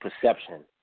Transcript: perception